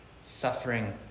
Suffering